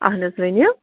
اہن حظ ؤنِو